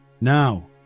Now